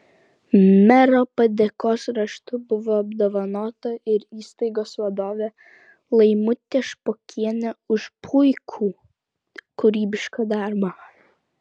mero padėkos raštu buvo apdovanota ir įstaigos vadovė laimutė špokienė už puikų kūrybišką darbą